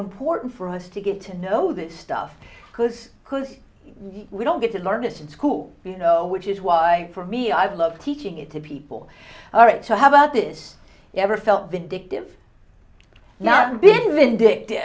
important for us to get to know this stuff because we don't get to learn it in school you know which is why for me i've loved teaching it to people all right so how about this you ever felt vindictive not been vindictive